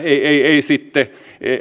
ei ei sitten